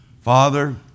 Father